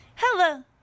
Hello